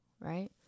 right